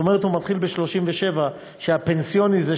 זאת אומרת הוא מתחיל ב-37 כשהפנסיוני זה